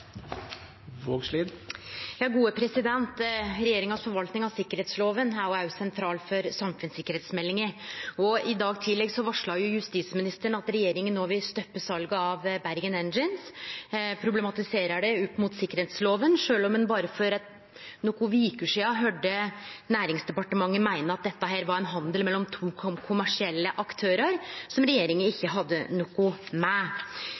Regjeringas forvaltning av sikkerheitsloven har òg vore sentral for samfunnssikkerheitsmeldinga. I dag tidleg varsla justisministeren at regjeringa no vil stoppe salet av Bergen Engines og problematiserer det opp mot sikkerheitsloven, sjølv om ein berre for nokre veker sidan høyrde Næringsdepartementet meine at dette var ein handel mellom to kommersielle aktørar som regjeringa ikkje hadde noko med.